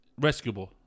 rescuable